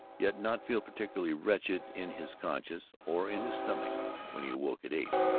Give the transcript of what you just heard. yet not feel particularly wretched in his conscience or in his stomach when he awoke at eight.